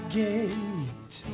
gate